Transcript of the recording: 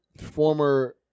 former